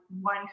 one